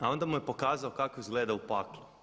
A onda mu je pokazao kako izgleda u paklu.